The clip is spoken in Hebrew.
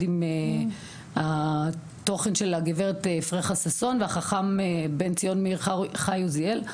עם התוכן של הגברת פרחה ששון והחכם בן ציון מאיר חי עוזיאל,